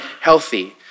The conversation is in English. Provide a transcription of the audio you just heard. healthy